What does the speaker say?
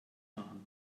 machen